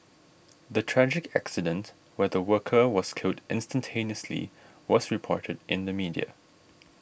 the tragic accident where the worker was killed instantaneously was reported in the media